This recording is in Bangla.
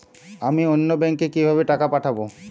আমি অন্য ব্যাংকে কিভাবে টাকা পাঠাব?